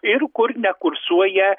ir kur nekursuoja